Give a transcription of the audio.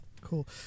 cool